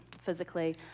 physically